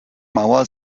mauer